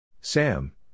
Sam